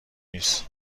نیست